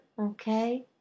okay